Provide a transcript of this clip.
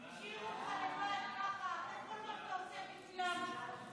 ההצעה להעביר את הצעת חוק העונשין (תיקון,